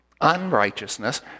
Unrighteousness